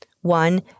one